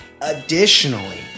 Additionally